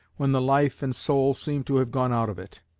when the life and soul seem to have gone out of it!